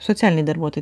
socialiniai darbuotojai